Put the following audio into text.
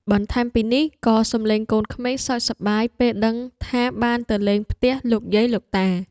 បន្ថែមពីនេះ ក៏សំឡេងកូនក្មេងសើចសប្បាយពេលដឹងថាបានទៅលេងផ្ទះលោកយាយលោកតា។